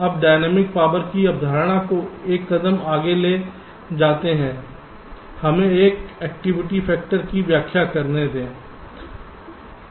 अब dynamic power की अवधारणा को एक कदम आगे ले जाते हुए हमें एक एक्टिविटी फैक्टर की व्याख्या करें